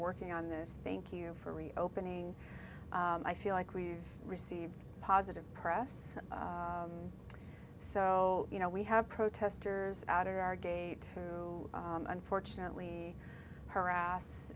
working on this thank you for reopening i feel like we've received positive press so you know we have protesters out of our gate who unfortunately harass